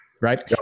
right